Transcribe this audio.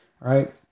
right